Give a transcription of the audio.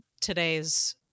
today's